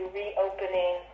reopening